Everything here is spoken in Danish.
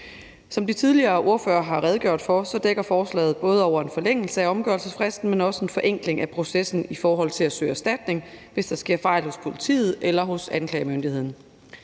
Som de tidligere ordførere har redegjort for, dækker forslaget både en forlængelse af omgørelsesfristen, men også en forenkling af processen i forhold til at søge erstatning, hvis der sker fejl hos politiet eller hos anklagemyndigheden.